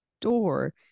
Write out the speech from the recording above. door